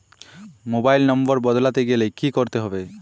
Mobile number বদলাতে গেলে কি করতে হবে?